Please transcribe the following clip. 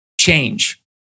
change